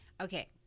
Okay